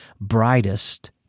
brightest